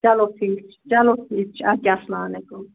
چلو ٹھیٖک چھُ چلو ٹھیٖک چھُ اَدٕ کیٛاہ اَسلام علیکُم